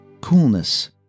Coolness